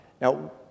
Now